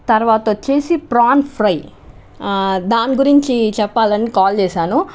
తర్వాత వచ్చేసి prawn fry దాని గురించి చెప్పాలని కాల్ చేశాను